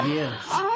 Yes